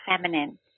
feminine